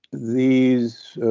these